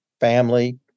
family